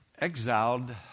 exiled